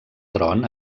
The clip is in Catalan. tron